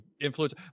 influence